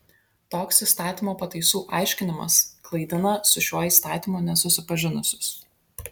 toks įstatymo pataisų aiškinimas klaidina su šiuo įstatymu nesusipažinusius